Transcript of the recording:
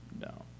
No